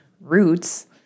roots